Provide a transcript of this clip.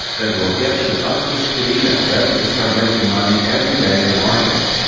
that will get you up-to-speed and ready to start making money everyday in the markets.